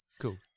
Cool